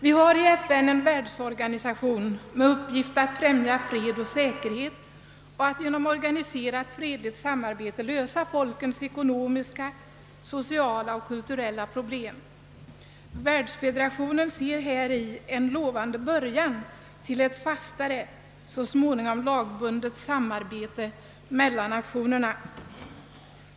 Vi har i FN en världsorganisation med uppgift att främja fred och säkerhet, att genom organiserat fredligt samarbete lösa folkens ekonomiska, sociala och kulturella problem. Världsfederationen ser häri en lovande början till ett fastare, så småningom lagbundet samarbete mellan nationerna.